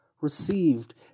received